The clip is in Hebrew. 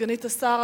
סגנית השר,